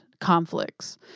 conflicts